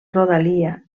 rodalia